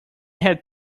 had